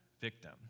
victim